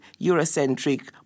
Eurocentric